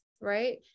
right